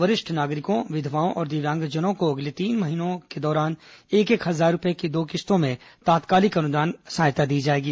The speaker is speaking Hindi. वरिष्ठ नागरिकों विधवाओं और दिव्यांगजनों को अगले तीन महीनों के दौरान एक एक हजार रूपये की दो किस्तों में तात्कालिक अनुदान दिया जाएगा